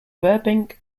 burbank